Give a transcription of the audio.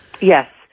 Yes